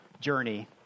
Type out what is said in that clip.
journey